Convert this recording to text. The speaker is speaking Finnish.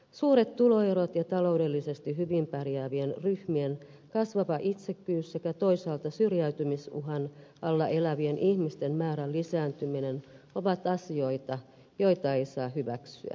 suuret tuloerot ja taloudellisesti hyvin pärjäävien ryhmien kasvava itsekkyys sekä toisaalta syrjäytymisuhan alla elävien ihmisten määrän lisääntyminen ovat asioita joita ei saa hyväksyä